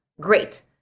great